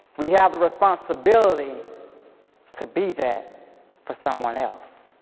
we have the responsibility to be that for someone else.